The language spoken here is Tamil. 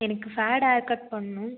எனக்கு ஃபேட் ஹேர் கட் பண்ணனும்